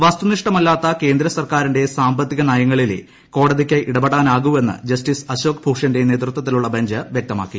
വസ്തുനിഷ്ഠമല്ലാത്ത കേന്ദ്ര സർക്കാരിന്റെ സാമ്പത്തിക നയങ്ങളിലേ കോടതിക്ക് ഇടപെടാനാകൂ എന്ന് ജസ്റ്റിസ് അശോക് ഭൂഷന്റെ നേതൃത്വത്തിലുള്ള ബഞ്ച് പറഞ്ഞു